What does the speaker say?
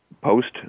post